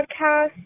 podcast